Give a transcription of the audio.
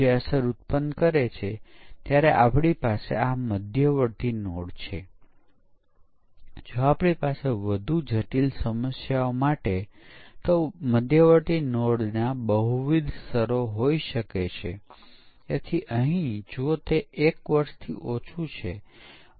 એ જ રીતે આપણી પાસે અલ્ગોરિધમિક ખામી છે જ્યાં આપણે અલ્ગૉરિઘમનો ખોટો અમલ હોઈ શકે છે અથવા તે અપૂરતો પ્રદર્શન આપતું હોય આ રીતે આપણે પેટા વર્ગીકરણ કરી શકીએ છીએ